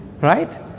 right